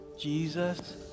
Jesus